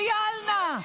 דיאלנה.